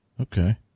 Okay